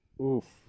Oof